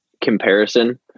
comparison